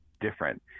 different